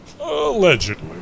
Allegedly